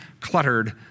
cluttered